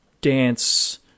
dance